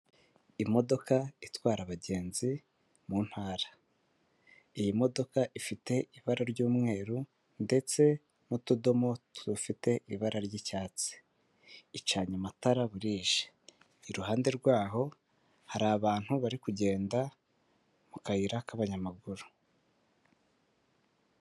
Imodoka itwara abagenzi mu ntara, iyi modoka ifite ibara ry'umweru ndetse n'utudomo dufite ibara ry'icyatsi, icanye amatara bujire, iruhande rwaho hari abantu bari kugenda mu kayira k'abanyamaguru.